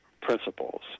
principles